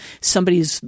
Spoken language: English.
somebody's